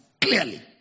clearly